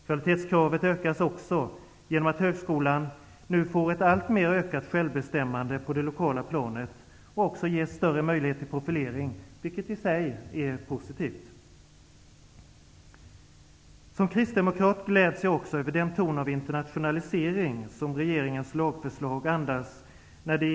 Kvalitetskravet ökas också genom att högskolan nu får ett alltmer utökat självbestämmande på det lokala planet och också ges större möjligheter till profilering, vilket i sig är positivt. Som kristdemokrat gläds jag också över den internationalisering som regeringens lagförslag andas.